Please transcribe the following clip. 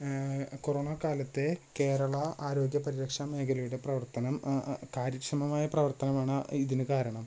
corona കാലത്തെ കേരള ആരോഗ്യ പരിരക്ഷാമേഘലയുടെ പ്രവർത്തനം കാര്യക്ഷമമായ പ്രവർത്തനമാണ് ഇതിനുകാരണം